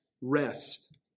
rest